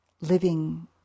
living